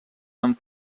amb